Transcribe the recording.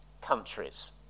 countries